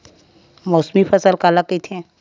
मौसमी फसल काला कइथे?